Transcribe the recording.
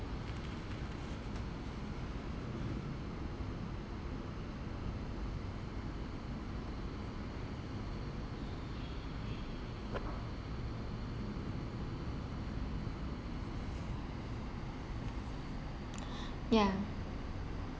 ya